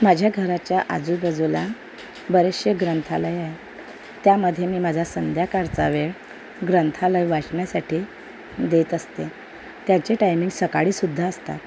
माझ्या घराच्या आजूबाजूला बरेचसे ग्रंथालय आहे त्यामध्ये मी माझा संध्याकाळचा वेळ ग्रंथालय वाचनासाठी देत असते त्याची टाईमिंग सकाळीसुद्धा असतात